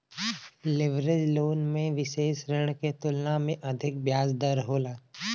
leverage loan में विसेष ऋण के तुलना में अधिक ब्याज दर होला